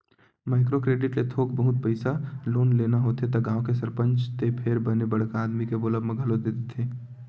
micro credit ले थोक बहुत पइसा लोन लेना होथे त गाँव के सरपंच ते फेर बने बड़का आदमी के बोलब म घलो दे देथे